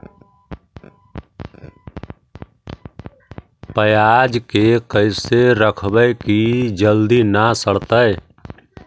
पयाज के कैसे रखबै कि जल्दी न सड़तै?